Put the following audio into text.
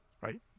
right